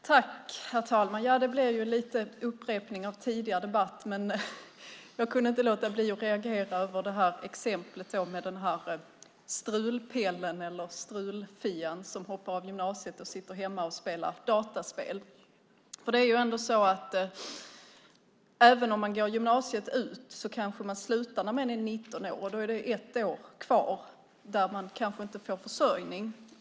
Herr talman! Det blev lite upprepning av tidigare debatt, men jag kunde inte låta bli att reagera över exemplet med strulpellen eller strulfian som hoppar av gymnasiet och sitter hemma och spelar dataspel. Även om man går ut gymnasiet kanske man slutar när man är 19 år. Då är det ett år kvar då man kanske inte får försörjning.